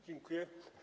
Dziękuję.